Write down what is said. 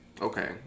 Okay